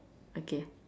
okay